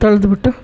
ತೊಳ್ದು ಬಿಟ್ಟು